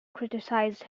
criticized